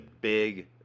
big